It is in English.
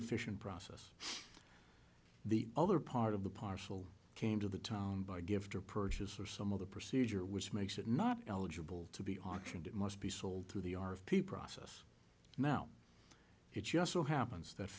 efficient process the other part of the parcel came to the town by gift or purchase or some other procedure which makes it not eligible to be auctioned it must be sold through the r of p process now it just so happens that